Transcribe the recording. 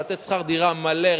לתת שכר דירה מלא,